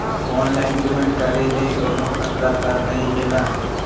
Online payment करे ले कोन्हो खतरा त नई हे न?